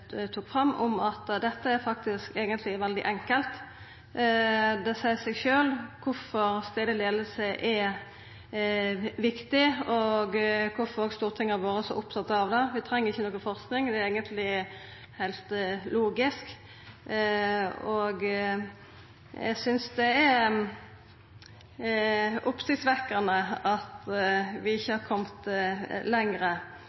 tok fram om at dette eigentleg er veldig enkelt. Det seier seg sjølv kvifor stadleg leiing er viktig, og kvifor Stortinget har vore så oppteke av det. Vi treng ikkje noka forsking, det er eigentleg heilt logisk, og eg synest det er oppsiktsvekkjande at vi ikkje